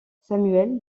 samuel